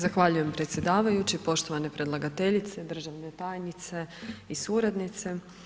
Zahvaljujem predsjedavajući, poštovane predlagateljice, državne tajnice i suradnice.